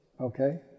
okay